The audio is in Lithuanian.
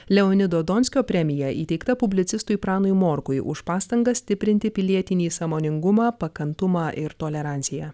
leonido donskio premija įteikta publicistui pranui morkui už pastangas stiprinti pilietinį sąmoningumą pakantumą ir toleranciją